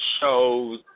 shows